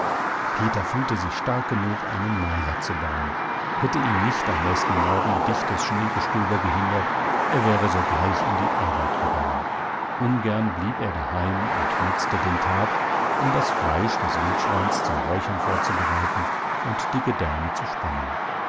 peter fühlte sich stark genug einen meiler zu bauen hätte ihn nicht am nächsten morgen dichtes schneegestöber gehindert er wäre sogleich an die arbeit gegangen ungern blieb er daheim und nutzte den tag um das fleisch des wildschweins zum räuchern vorzubereiten und die gedärme zu spannen